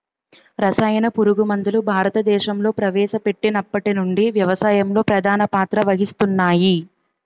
రసాయన పురుగుమందులు భారతదేశంలో ప్రవేశపెట్టినప్పటి నుండి వ్యవసాయంలో ప్రధాన పాత్ర వహిస్తున్నాయి